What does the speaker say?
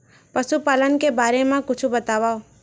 पशुपालन के बारे मा कुछु बतावव?